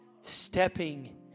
stepping